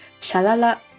Shalala